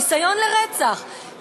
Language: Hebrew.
ניסיון לרצח,